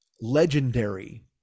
legendary